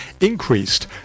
increased